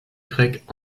grecs